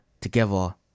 together